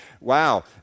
wow